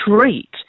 treat